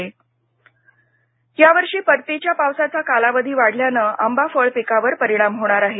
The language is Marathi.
आंबा ह्याम या वर्षी परतीच्या पावसाचा कालावधी वाढल्यानं आंबा फळ पिकावर परिणाम होणार आहे